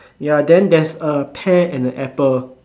ya then there's a pear and a apple